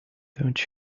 don’t